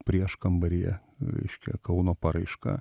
prieškambaryje reiškia kauno paraiška